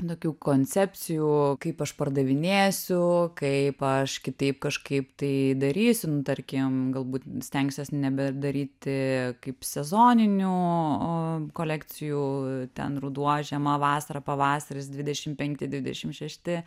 tokių koncepcijų kaip aš pardavinėsiu kaip aš kitaip kažkaip tai darysiu nu tarkim galbūt stengsiuos nebedaryti kaip sezoninių a kolekcijų ten ruduo žiema vasara pavasaris dvidešimt penkti dvidešimt šešti